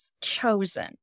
chosen